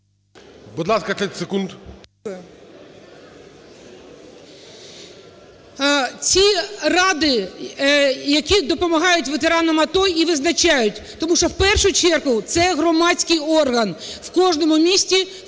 Будь ласка, 30 секунд.